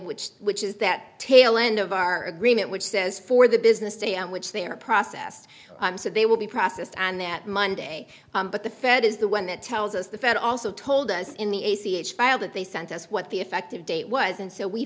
which which is that tail end of our agreement which says for the business day on which they are processed i'm so they will be processed and that monday but the fed is the one that tells us the fed also told us in the a c h file that they sent us what the effective date was and so we